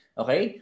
okay